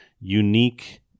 unique